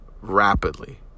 rapidly